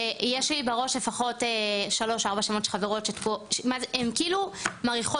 ויש לי בראש לפחות שלוש ארבע שמות של חברות שהן כאילו מאריכות